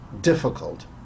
difficult